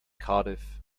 cardiff